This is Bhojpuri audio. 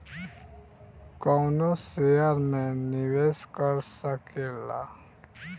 कवनो शेयर मे निवेश कर सकेल